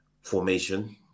formation